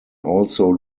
also